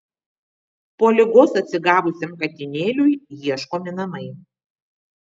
po ligos atsigavusiam katinėliui ieškomi namai